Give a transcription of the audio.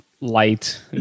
light